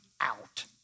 out